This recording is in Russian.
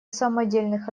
самодельных